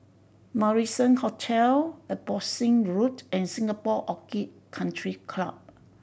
Marrison Hotel Abbotsingh Road and Singapore Orchid Country Club